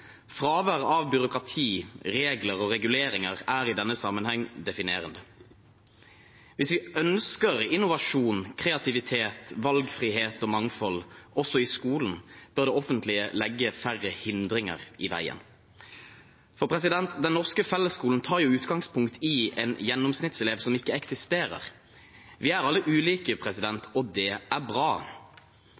Fravær av byråkrati, regler og reguleringer er i denne sammenheng definerende. Hvis vi ønsker innovasjon, kreativitet, valgfrihet og mangfold også i skolen, bør det offentlige legge færre hindringer i veien. Den norske fellesskolen tar utgangspunkt i en gjennomsnittselev som ikke eksisterer. Vi er alle ulike, og det er bra.